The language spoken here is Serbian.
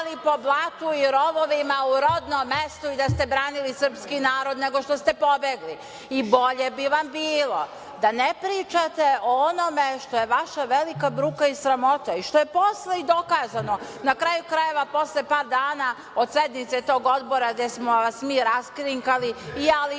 da ste branili srpski narod, nego što ste pobegli. Bolje bi vam bilo da ne pričate o onome što je vaša velika bruka i sramota i što je posle i dokazano. Na kraju krajeva, posle par dana od sednice tog odbora gde smo vas mi raskrinkali i ja lično i